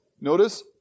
Notice